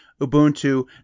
ubuntu